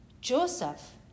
Joseph